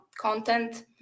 content